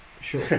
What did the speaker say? Sure